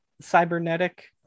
cybernetic